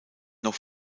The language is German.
noch